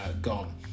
gone